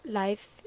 life